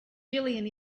jillian